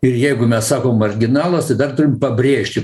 ir jeigu mes sakom marginalas tai dar turim pabrėžti